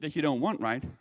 like you don't want, right?